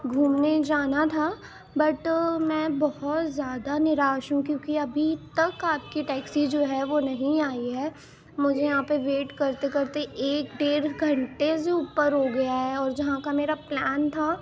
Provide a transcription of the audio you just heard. گھومنے جانا تھا بٹ میں بہت زیادہ نراش ہوں کیونکہ ابھی تک آپ کی ٹیکسی جو ہے وہ نہیں آئی ہے مجھے یہاں پہ ویٹ کرتے کرتے ایک ڈیڑھ گھنٹے سے اوپر ہو گیا ہے اور جہاں کا میرا پلان تھا